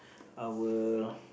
I will